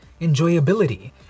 Enjoyability